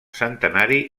centenari